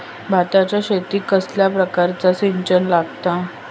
भाताच्या शेतीक कसल्या प्रकारचा सिंचन लागता?